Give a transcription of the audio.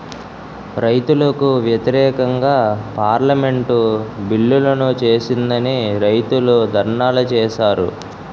రైతులకు వ్యతిరేకంగా పార్లమెంటు బిల్లులను చేసిందని రైతులు ధర్నాలు చేశారు